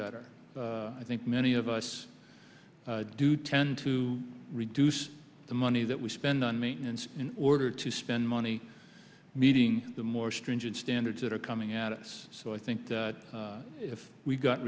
i think many of us do tend to reduce the money that we spend on maintenance in order to spend money meeting the more stringent standards that are coming at us so i think if we got